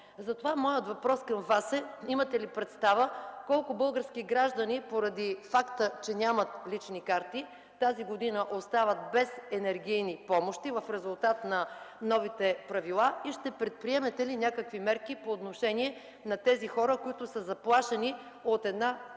Затова моят въпрос към Вас е: имате ли представа колко български граждани поради факта, че нямат лични карти, тази година остават без енергийни помощи в резултат на новите правила и ще предприемете ли някакви мерки по отношение на тези хора, които са заплашени от една тежка